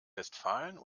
westfalen